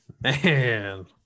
Man